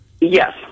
Yes